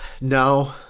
No